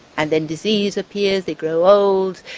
and then disease appears, they grow old,